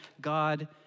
God